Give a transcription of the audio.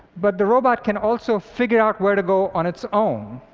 but the robot can also figure out where to go on its own.